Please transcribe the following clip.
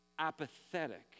apathetic